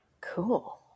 Cool